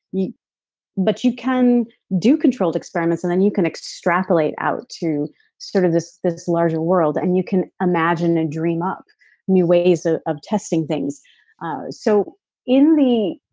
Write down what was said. but you can do controlled experiments and then you can extrapolate out to sort of this this larger world. and you can imagine and dream up new ways ah of testing things so in the,